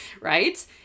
right